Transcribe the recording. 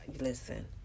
listen